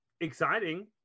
exciting